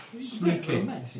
Sneaking